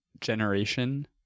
generation